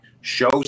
shows